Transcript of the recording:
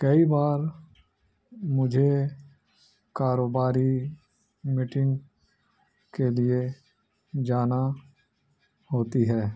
کئی بار مجھے کاروباری میٹنگ کے لیے جانا ہوتی ہے